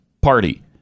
Party